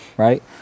Right